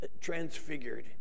transfigured